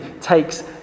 takes